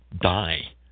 die